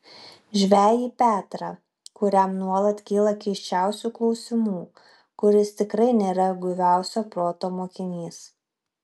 žvejį petrą kuriam nuolat kyla keisčiausių klausimų kuris tikrai nėra guviausio proto mokinys